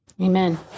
Amen